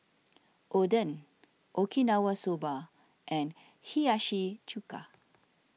Oden Okinawa Soba and Hiyashi Chuka